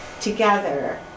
together